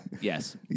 Yes